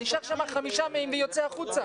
נשאר שם חמישה ימים ויוצא החוצה.